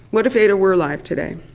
what if ada were alive today,